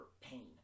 pain